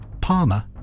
Palmer